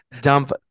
dump